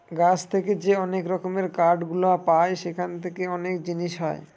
গাছ থেকে যে অনেক রকমের কাঠ গুলো পায় সেখান থেকে অনেক জিনিস হয়